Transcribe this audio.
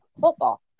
football